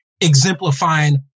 exemplifying